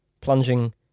plunging